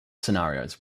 scenarios